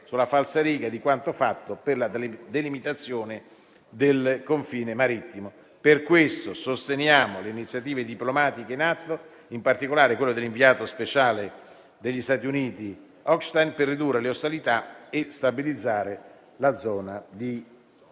sulla falsariga di quanto fatto per la delimitazione del confine marittimo. Per questo sosteniamo le iniziative diplomatiche in atto, in particolare quelle dell'inviato speciale degli Stati Uniti Hochstein per ridurre le ostilità e stabilizzare la zona di confine.